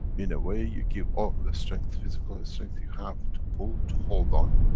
in a way you give all the strength, physical strength you have to pull, to hold on,